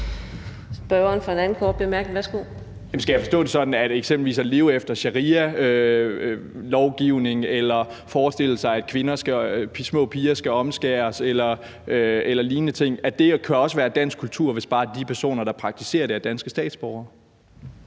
Værsgo. Kl. 18:15 Mikkel Bjørn (DF): Skal jeg forstå det sådan, at eksempelvis det at leve efter sharialovgivning eller at forestille sig, at små piger skal omskæres, eller lignende ting også kan være dansk kultur, hvis bare de personer, der praktiserer det, er danske statsborgere?